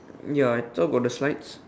ya I thought got the slides